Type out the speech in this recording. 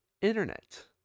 internet